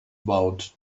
about